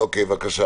בבקשה.